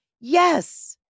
Yes